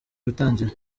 gutangira